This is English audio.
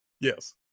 Yes